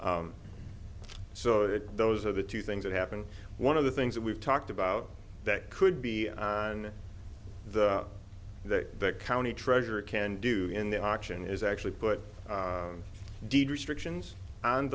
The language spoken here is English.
that those are the two things that happen one of the things that we've talked about that could be on the that the county treasurer can do in the auction is actually put deed restrictions